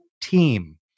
team